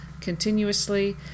continuously